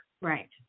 Right